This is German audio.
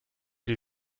die